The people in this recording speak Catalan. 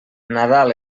nadal